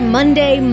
Monday